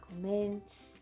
comment